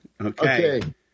Okay